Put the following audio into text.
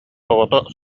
оҕото